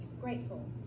grateful